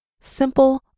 simple